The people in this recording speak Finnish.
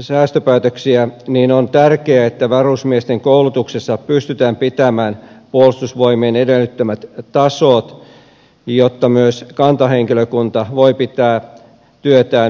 säästöpäätöksiä niin on tärkeää että varusmiesten koulutuksessa pystytään pitämään puolustusvoimien edellyttämät tasot jotta myös kantahenkilökunta voi pitää työtään mielekkäänä